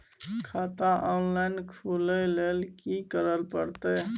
खाता ऑनलाइन खुले ल की करे परतै?